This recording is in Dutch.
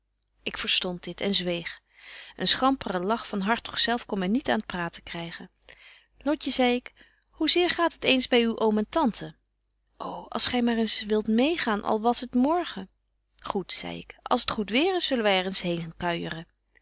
ik verstond dit en zweeg een schampere lach van hartog zelf kon my niet aan t praten krygen lotje zei ik hoeneer gaat gy eens by uw oom en tante ô als gy maar eens wilt meêgaan al was t morgen goed zei ik als t goed weêr is zullen wy er eens heen kuijeren